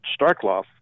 Starkloff